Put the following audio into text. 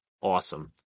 awesome